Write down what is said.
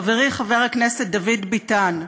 חברי חבר הכנסת דוד ביטן,